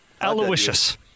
Aloysius